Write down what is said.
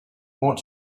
what